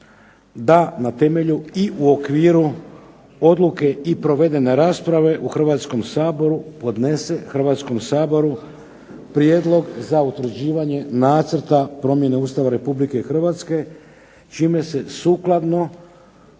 da na temelju i okviru Odluke i provedene rasprave u Hrvatskom saboru, podnese Hrvatskom saboru prijedlog za utvrđivanje nacrta Promjene Ustava Republike Hrvatske čime se sukladno